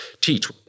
teach